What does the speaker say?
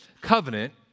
covenant